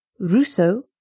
rousseau